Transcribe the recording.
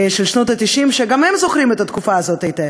של שנות ה-90, שגם הם זוכרים את התקופה הזאת היטב.